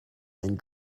and